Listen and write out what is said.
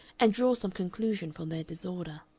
and draw some conclusion from their disorder.